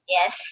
Yes